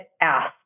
Ask